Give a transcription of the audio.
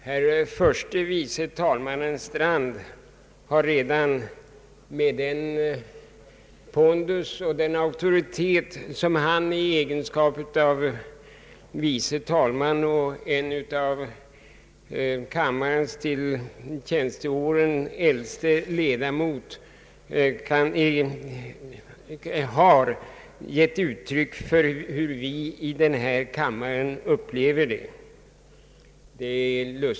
Herr förste vice talmannen Strand har redan med pondus och auktoritet i egenskap av förste vice talman och som en av kammarens till åldern och till tjänsteåren äldsta ledamöter givit uttryck för hur vi i denna kammare upplever detta.